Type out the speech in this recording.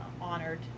honored